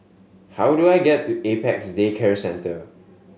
how do I get to Apex Day Care Centre